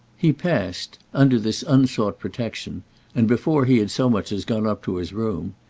he passed, under this unsought protection and before he had so much as gone up to his room,